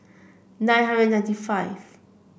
nine hundred ninety five